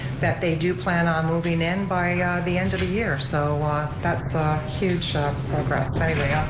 that they do plan on moving in by the end of the year, so that's ah a huge progress, anyway, i'll